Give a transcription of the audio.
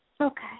Okay